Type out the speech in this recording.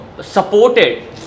supported